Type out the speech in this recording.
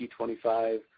T25